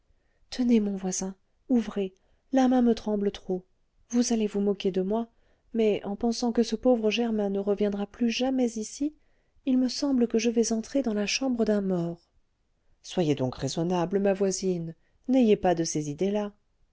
tenez mon voisin ouvrez la main me tremble trop vous allez vous moquer de moi mais en pensant que ce pauvre germain ne reviendra plus jamais ici il me semble que je vais entrer dans la chambre d'un mort soyez donc raisonnable ma voisine n'ayez pas de ces idées-là